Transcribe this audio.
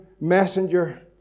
messenger